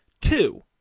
Two